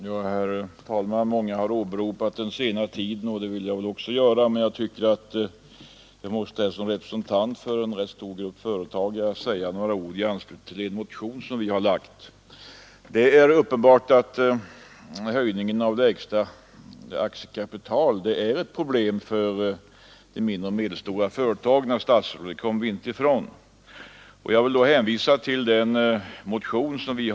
Herr talman! Många har åberopat den sena timmen, och det vill också jag göra. Men som representant för en rätt stor grupp företag vill jag säga några ord i anslutning till den motion vi har väckt. Det är uppenbart att höjningen av lägsta aktiekapital är ett problem för de mindre och medelstora företagen, herr statsråd, och det kommer vi inte ifrån. Men jag hänvisar till den motion vi har väckt.